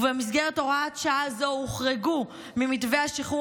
ובמסגרת הוראת שעה זו הוחרגו ממתווה השחרור